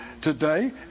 today